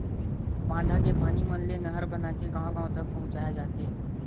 बांधा के पानी मन ले नहर बनाके गाँव गाँव तक पहुचाए जाथे